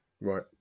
Right